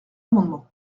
amendement